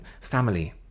family